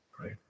right